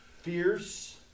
fierce